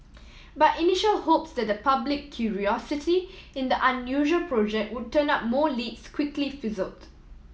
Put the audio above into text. but initial hopes that public curiosity in the unusual project would turn up more leads quickly fizzled